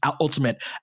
ultimate